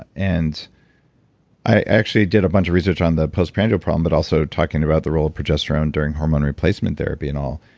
and i actually did a bunch of research on the post-prandial problem, but also talking about the role of progesterone during hormone replacement therapy and all,